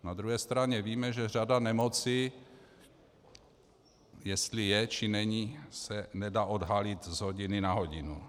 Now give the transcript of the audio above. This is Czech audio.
Na druhé straně víme, že řada nemocí, jestli je, či není, se nedá odhalit z hodiny na hodinu.